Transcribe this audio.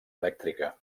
elèctrica